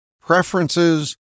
Preferences